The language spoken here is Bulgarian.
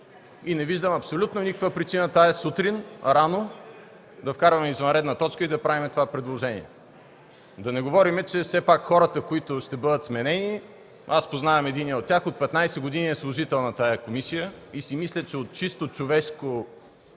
и не виждам абсолютно никаква причина тази сутрин рано да вкарваме извънредна точка и да правим това предложение. Да не говорим, че хората, които ще бъдат сменени, аз познавам единия от тях, от 15 години е служител на тази комисия, и си мисля, че от чисто човешко